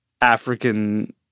African